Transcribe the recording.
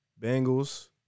Bengals